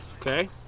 Okay